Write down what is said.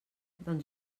doncs